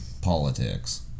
Politics